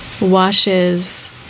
washes